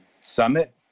summit